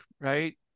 right